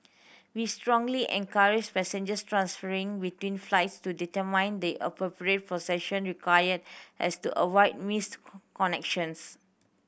we strongly encourage passengers transferring between flights to determine the appropriate procession required as to avoid missed connections